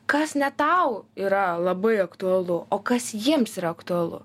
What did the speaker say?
kas ne tau yra labai aktualu o kas jiems yra aktualu